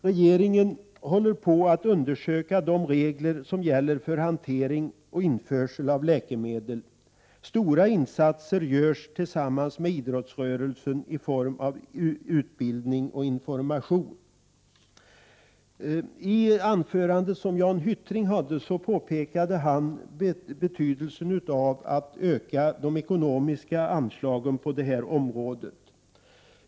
Regeringen håller på att undersöka de regler som gäller för hantering och införsel av läkemedel. Stora insatser görs tillsammans med idrottsrörelsen i form av utbildning och information. Jan Hyttring påpekade i sitt anförande betydelsen av att öka de ekonomiska anslagen på detta område.